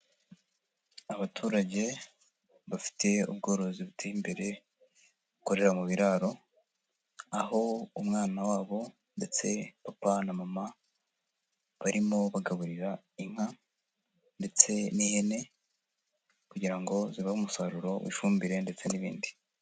Abaturage bafite ubworozi buteye imbere, bakorera mu biraro; aho umwana wabo ndetse papa na mama barimo bagaburira inka ndetse n'ihene, kugira ngo zibahe umusaruro w'ifumbire ndetse n'ibindi.